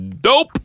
dope